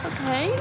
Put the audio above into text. Okay